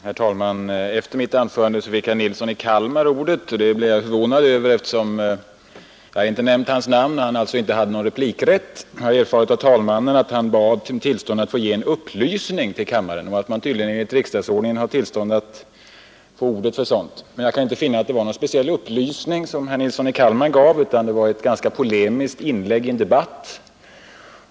Herr talman! Efter mitt anförande fick herr Nilsson i Kalmar ordet, och det blev jag förvånad över, eftersom jag inte nämnt hans namn och han alltså inte hade någon replikrätt. Jag har erfarit av herr talmannen att herr Nilsson bett att få ge en upplysning till kammaren, och man har tydligen enligt riksdagsordningen tillstånd att få ordet för sådant. Men jag kan inte finna att det var någon speciell upplysning som herr Nilsson i Kalmar gav, utan det var ett polemiskt inlägg i en debatt.